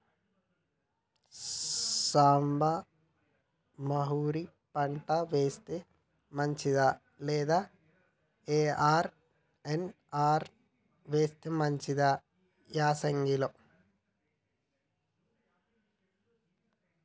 సాంబ మషూరి పంట వేస్తే మంచిదా లేదా ఆర్.ఎన్.ఆర్ వేస్తే మంచిదా యాసంగి లో?